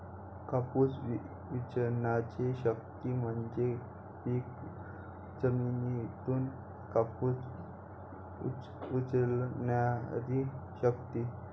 कापूस वेचणारी व्यक्ती म्हणजे पीक जमिनीतून कापूस उचलणारी व्यक्ती